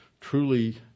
truly